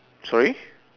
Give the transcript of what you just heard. sorry